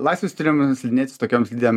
laisvu stilium slidinėti su tokiom slidėm